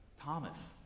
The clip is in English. Thomas